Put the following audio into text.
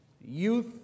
youth